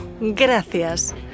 gracias